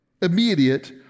Immediate